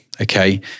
okay